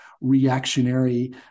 reactionary